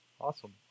Awesome